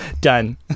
Done